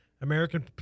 American